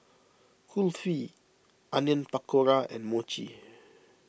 Kulfi Onion Pakora and Mochi